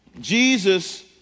Jesus